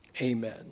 Amen